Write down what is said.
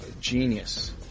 genius